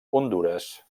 hondures